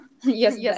Yes